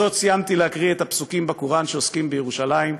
בזאת סיימתי להקריא את הפסוקים בקוראן שעוסקים בירושלים.